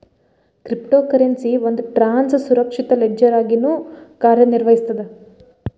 crypto currency ಒಂದ್ ಟ್ರಾನ್ಸ್ನ ಸುರಕ್ಷಿತ ಲೆಡ್ಜರ್ ಆಗಿನೂ ಕಾರ್ಯನಿರ್ವಹಿಸ್ತದ